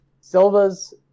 Silva's